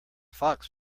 fox